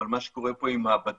אבל מה שקורה פה עם ה"בדדת",